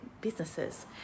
businesses